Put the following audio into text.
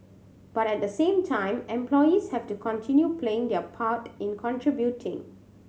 but at the same time employees have to continue playing their part in contributing